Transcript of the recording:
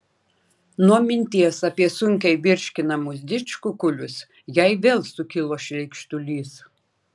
nuo minties apie sunkiai virškinamus didžkukulius jai vėl sukilo šleikštulys